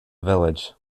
village